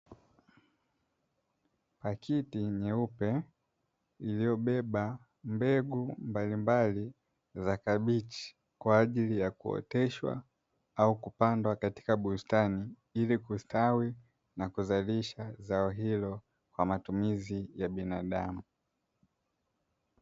Pakiti nyeupe iliyobeba mbegu mbalimbali za kabichi kwa ajili ya kuoteshwa au kupandwa katika bustani, ili kustawi na kuzalisha zao hilo kwa matumizi ya binadamu.